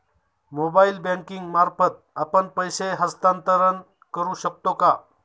Mobile banking मार्फत आपण पैसे हस्तांतरण करू शकतो का?